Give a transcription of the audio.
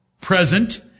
present